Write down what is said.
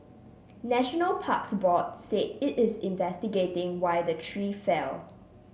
National Parks Board said it is investigating why the tree fell